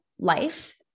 life